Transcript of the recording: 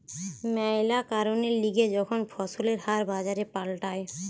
ম্যালা কারণের লিগে যখন ফসলের হার বাজারে পাল্টায়